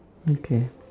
okay